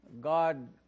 God